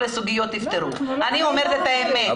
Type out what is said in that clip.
הסוגיות ייפתרו ----- אני אומרת את האמת.